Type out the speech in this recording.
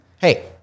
Hey